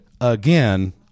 again